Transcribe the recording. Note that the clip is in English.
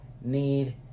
need